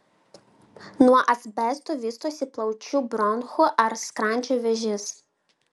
nuo asbesto vystosi plaučių bronchų ar skrandžio vėžys